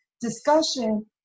discussion